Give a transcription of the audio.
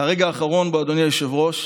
והרגע האחרון, אדוני היושב-ראש,